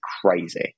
crazy